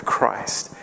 Christ